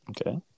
Okay